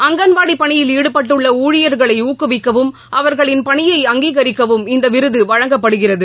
அங்கன்வாடி பணியில் ஈடுபட்டுள்ள ஊழியர்களை ஊக்குவிக்கவும் அவர்களின் பணியை அங்கீகரிக்கவும் இந்த விருது வழங்கப்படுகிறது